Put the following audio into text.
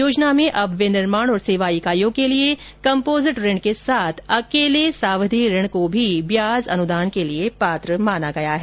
योजना में अब विनिर्माण और सेवा इकाईयों के लिए कंपोजिट ऋण के साथ अकेले सावधी ऋण को भी ब्याज अनुदान के लिए पात्र माना हैं